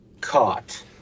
caught